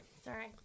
Sorry